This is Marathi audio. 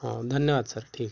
हो धन्यवाद सर ठीक